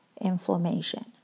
inflammation